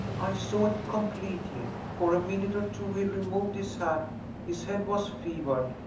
i saw it completely. for a minute or two he removed his hat his head was fevered,